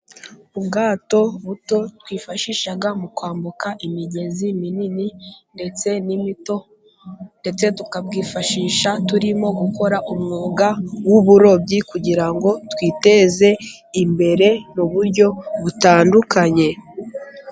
Ubwato buto twifashisha mu kwambuka imigezi minini ndetse n'imito, ndetse tukabwifashisha turimo gukora umwuga w'uburobyi, kugira ngo twiteze imbere mu buryo butandukanye.